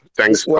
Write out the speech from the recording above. Thanks